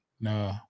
No